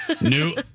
New